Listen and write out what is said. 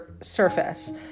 surface